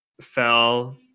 fell